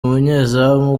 umunyezamu